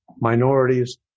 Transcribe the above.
minorities